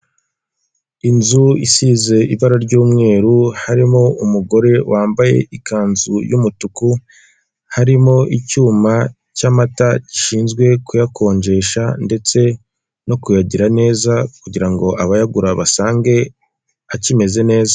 Inzu isize ibara ry'umweru, harimo umugore wambaye ikanzu y'umutuku. Harimo icyuma cy'amata gishinzwe kuyakonjesha ndetse no kuyagira neza, kugirango abayagura basange akimeze neza.